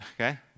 okay